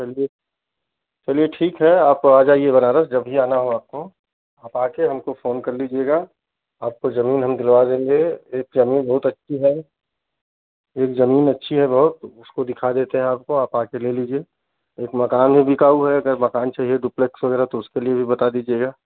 चलिए चलिए ठीक है आप आ जाइए बनारस जब भी आना हो आपको आप आकर हमको फ़ोन कर लीजिएगा आपको ज़मीन हम दिलवा देंगे एक ज़मीन बहुत अच्छी है एक ज़मीन अच्छी है बहुत उसको दिखा देते हैं आपको आप आकर ले लीजिए एक मकान भी बिकाऊ है अगर मकान चाहिए डुप्लेक्स वगैरह तो उसके लिए भी बता दीजिएगा